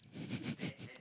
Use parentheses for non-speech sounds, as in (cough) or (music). (breath)